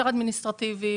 יותר אדמיניסטרטיביים,